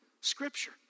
Scripture